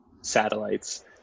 satellites